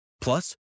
Plus